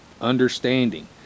understanding